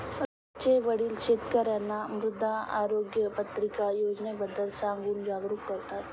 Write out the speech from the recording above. रोहितचे वडील शेतकर्यांना मृदा आरोग्य पत्रिका योजनेबद्दल सांगून जागरूक करतात